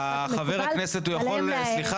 ועליהם לבסס.